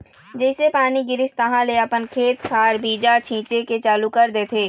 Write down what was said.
जइसे पानी गिरिस तहाँले अपन खेत खार बीजा छिचे के चालू कर देथे